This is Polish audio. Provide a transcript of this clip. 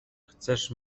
chcesz